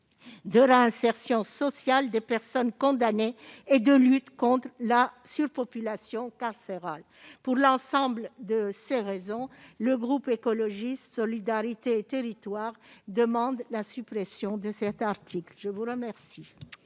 de réinsertion sociale des personnes condamnées et de lutte contre la surpopulation carcérale. Pour l'ensemble de ces raisons, le groupe Écologiste - Solidarité et Territoires demande la suppression de cet article. La parole